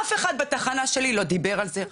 אף אחד בתחנה שלי לא דיבר על זה.